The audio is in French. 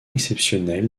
exceptionnel